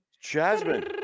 Jasmine